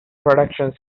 productions